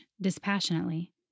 dispassionately